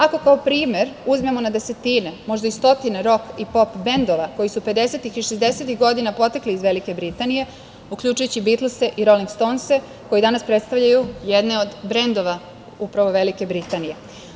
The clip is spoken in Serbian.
Ako kao primer uzmemo na desetine, možda i stotine rok i pop bendova koji su 50-ih i 60-ih godina potekli iz Velike Britanije, uključujući Bitlse i Rolingstonse, koji danas predstavljaju jedne od brendova upravo Velike Britanije.